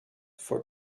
for